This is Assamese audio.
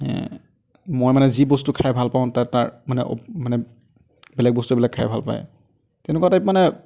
মই মানে যি বস্তু খাই ভাল পাওঁ তাই তাৰ মানে মানে বেলেগ বস্তু বিলাক খাই ভাল পায় তেনেকুবা টাইপ মানে